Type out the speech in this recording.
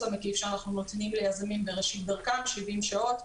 המקיף שאנחנו נותנים ליזמים בראשית דרכם של 70 שעות,